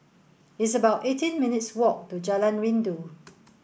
it's about eighteen minutes' walk to Jalan Rindu